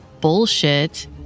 bullshit